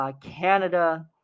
Canada